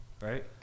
Right